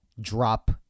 drop